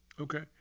Okay